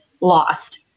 lost